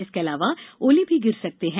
इसके अलावा ओले भी गिर सकते हैं